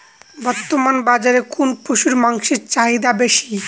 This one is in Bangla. বর্তমান বাজারে কোন পশুর মাংসের চাহিদা বেশি?